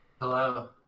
Hello